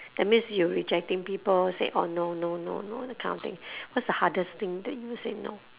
that means you rejecting people say orh no no no no that kind of thing what's the hardest thing that you say no